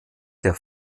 der